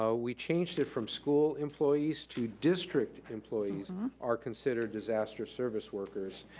so we changed it from school employees to district employees are considered disaster service workers,